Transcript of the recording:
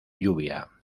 lluvia